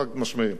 חד-משמעית,